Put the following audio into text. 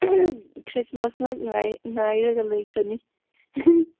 Christmas ꯉꯥꯛ ꯉꯥꯏꯔꯒ ꯂꯩꯈ꯭ꯔꯅꯤ